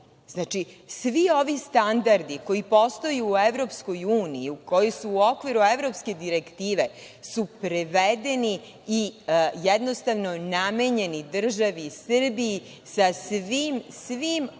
hoće. Svi ovi standardi koji postoje i u EU, koji su u okviru Evropske direktive su prevedeni i jednostavno namenjeni državi Srbiji sa svim onim